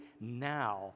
now